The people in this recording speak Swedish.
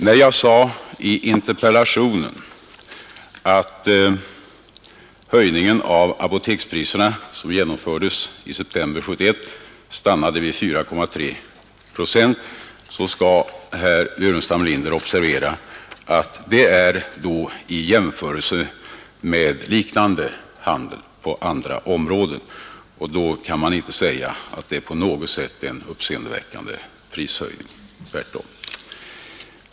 När jag sade i interpellationssvaret att höjningen av apotekspriserna som genomfördes i september 1971 stannade vid 4,3 procent, skall herr Burenstam Linder observera att det var en jämförelse med liknande handel på andra områden som jag gjorde. Då kan man inte säga att prishöjningen är på något sätt uppseendeväckande, tvärtom.